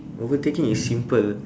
overtaking is simple